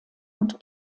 und